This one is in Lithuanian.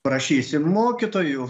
prašysim mokytojų